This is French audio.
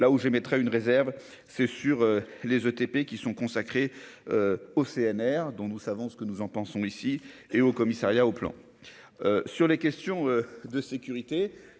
là où j'émettrai une réserve, c'est sûr, les ETP qui sont consacrés au CNR, dont nous savons ce que nous en pensons ici et au commissariat au Plan sur les questions de sécurité